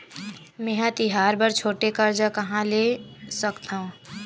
मेंहा तिहार बर छोटे कर्जा कहाँ ले सकथव?